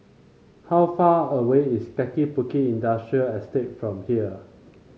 how far away is Kaki Bukit Industrial Estate from here